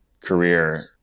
career